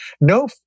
no